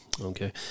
Okay